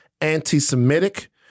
anti-Semitic